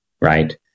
right